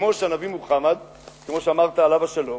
כמו שהנביא מוחמד, כמו שאמרת, עליו השלום,